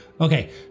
Okay